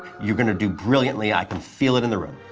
you're going to do brilliantly, i can feel it in the room.